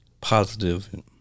positive